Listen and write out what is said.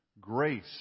grace